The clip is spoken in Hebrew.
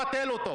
לבנימין נתניהו,